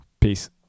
Peace